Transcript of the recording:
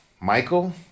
Michael